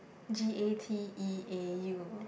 G_A_T_E_A_U